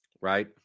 right